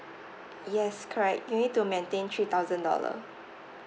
yes correct you need to maintain three thousand dollar